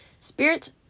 Spirits